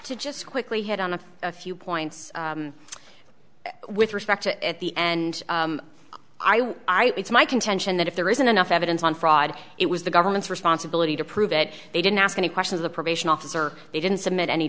to just quickly head on a few points with respect to at the end i it's my contention that if there isn't enough evidence on fraud it was the government's responsibility to prove it they didn't ask any question of the probation officer they didn't submit any